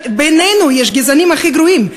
כשבינינו יש את הגזענים הכי גרועים?